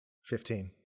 Fifteen